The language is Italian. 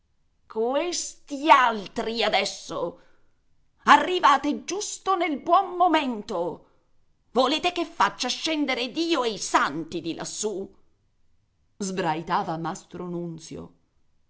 questi altri adesso arrivate giusto nel buon momento volete che faccia scendere dio e i santi di lassù sbraitava